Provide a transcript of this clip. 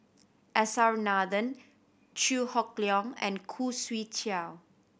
S R Nathan Chew Hock Leong and Khoo Swee Chiow